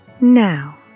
Now